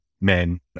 men